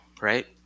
right